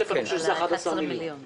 אני חושב שזה 11 מיליון שקל.